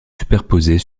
superposées